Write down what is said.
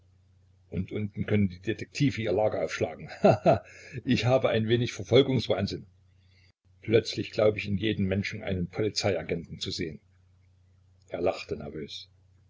und unten können die detektive ihr lager aufschlagen he he ich habe ein wenig verfolgungswahnsinn plötzlich glaub ich in jedem menschen einen polizeiagenten zu sehen er lachte nervös